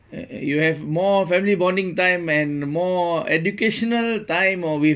uh you have more family bonding time and more educational time or with